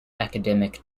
academic